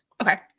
Okay